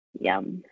Yum